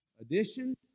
addition